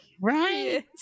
right